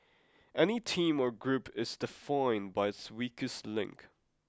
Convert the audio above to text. any team or group is defined by its weakest link